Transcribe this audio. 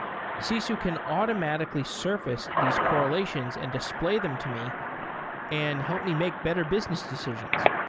sisu can automatically surface these correlations and display them to me and help me make better business decisions.